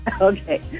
Okay